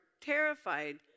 terrified